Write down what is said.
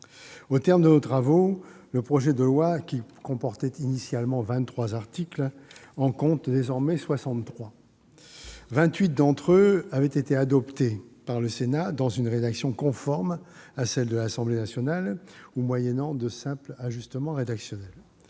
Au terme de nos travaux, le projet de loi, qui comportait initialement 23 articles, en compte 63 ; 28 d'entre eux avaient été adoptés par le Sénat dans une rédaction conforme à celle de l'Assemblée nationale ou moyennant de simples ajustements rédactionnels.